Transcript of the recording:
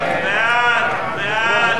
סעיף 7, כהצעת הוועדה,